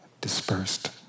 dispersed